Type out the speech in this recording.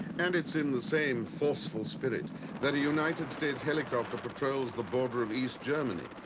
and it's in the same forceful spirit that a united states helicopter patrols the border of east germany,